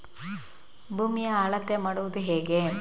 ಭೂಮಿಯ ಅಳತೆ ಮಾಡುವುದು ಹೇಗೆ?